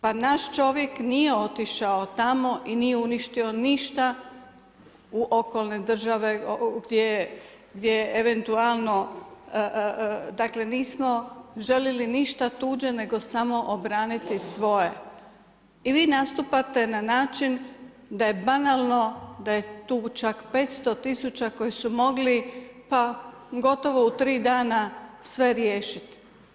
Pa naš čovjek nije otišao tamo i nije uništio ništa u okolne države gdje eventualno, dakle nismo željeli ništa tuđe nego samo obraniti svoje i vi nastupate na način da je banalno, da je tu čak 500 tisuća koji su mogli pa gotovo u tri dana sve riješiti.